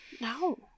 No